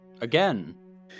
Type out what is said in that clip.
again